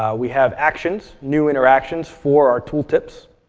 we have actions, new interactions for our tool tips.